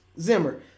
Zimmer